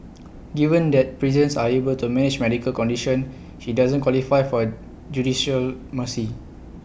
given that prisons are able to manage medical condition he doesn't qualify for judicial mercy